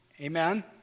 Amen